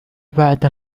بعد